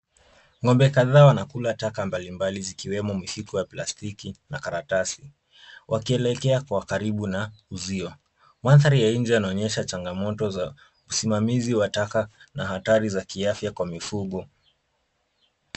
Ngombe kadhaa wanakula taka aina mbali mbali zikiwemo mishiko ya plastiki na karatasi wakielekea karibu na ziwa. Manthari za nje zinaonyesha changamoto za usimamizi wa taka na hatari za kiafya kwa mifugo.